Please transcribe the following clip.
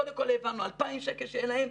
קודם כל העברנו 2,000 שקל שיהיה להם,